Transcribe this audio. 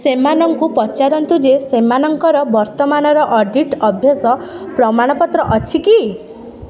ସେମାନଙ୍କୁ ପଚାରନ୍ତୁ ଯେ ସେମାନଙ୍କର ବର୍ତ୍ତମାନର ଅଡ଼ିଟ୍ ଅଭ୍ୟାସ ପ୍ରମାଣପତ୍ର ଅଛି କି